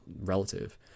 relative